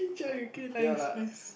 okay nice nice